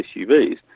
SUVs